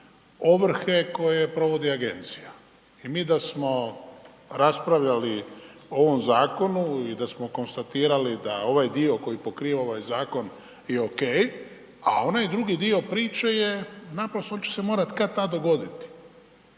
ovrhe koje provodi agencija. I mi da smo raspravljali o ovom zakonu i da smo konstatirali da ovaj dio koji pokriva ovaj zakon je ok, a onaj drugi priče je naprosto on će se morati kad-tad dogoditi